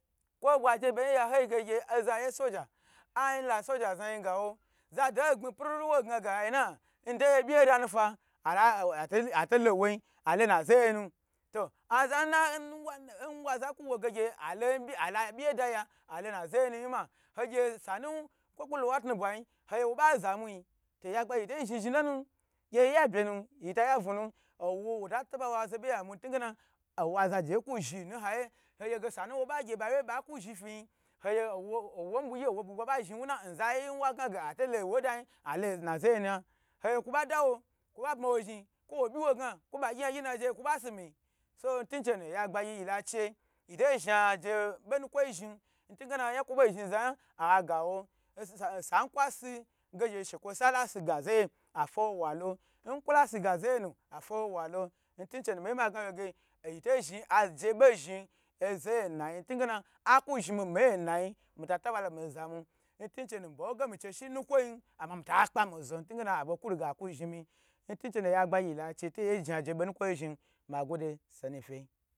Kwo bwa je beyin ya ha yi ge za ye solder ayi la solder zna yi go wo zo do gbmi brrrr wa gnage ayi na nde byyi yi da nufa ato lo woi alo na ze yei nu aza na nwa wana nwa zaku wo ge alo na ze yiyi nu ge ala byi yeda ya alo za yi ye yinma oye sanu kwoku lowa tnu bwa yi, hei wo ba zamwi to oya gbagyi yito zhni zhni bnu gye ya bye nu yita ye vu nu owo wo tatabawa zo be ye amwi nhngena owa zaje ku zhi nu haya sanu wa ba gye ba wyu ba ku zhi fi oye owo bwi gyi owo bugba ba zhni wuna nza yi nwa gnage ato lo wodai alonana ogye kwo ba dawo kwo ba bma wo zhni kwo wo byi wo gna kwo ba gyi yan gyi najeyi kwo ba si myi, so ntin chenu oya gbagyi yila che yito zha je bonukwo yi zhni zayan agawo ossa kwa si ge gye shekwo sala si ga zeye afawo walo nkwo lasi ga zeye na afawo wa lo ntin chenu yite zhn agye be zhni nnay ntingena aku zhi mi me nayi mita tabalon mi zam ntinchenu ba wai miche shi nukwoi ama mita kpa mu zo ntige abo la riga aku zhni mi, ntinche nu oya gbagyi yila che toyin zha je bo nu kwo yi zhni magwode sonu fyi.